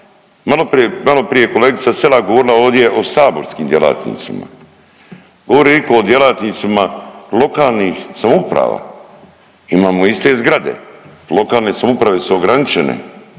Maloprije je kolegica Selak govorila ovdje o saborskim djelatnicima. Govori li iko o djelatnicima lokalnih samouprava? Imamo iste zgrade, lokalne samouprave su ograničene